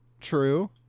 True